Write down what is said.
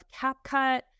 CapCut